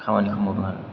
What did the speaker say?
खामानिखौ मावदों आरो